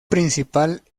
principal